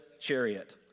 chariot